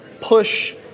push